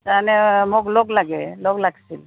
তাৰ মানে মোক লগ লাগে লগ লাগিছিল